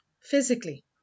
Physically